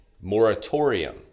moratorium